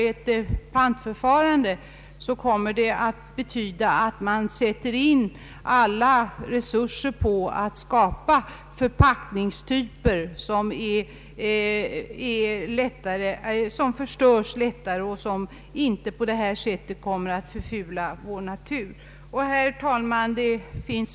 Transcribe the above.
Ett pantföreläggande kunde innebära att ökade resurser sättes in på att få fram förpackningar som lättare förstörs och som inte förfular naturen på samma sätt som nu sker. Herr talman!